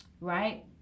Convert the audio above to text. Right